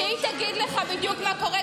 היא תגיד לך בדיוק מה קורה,